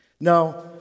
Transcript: Now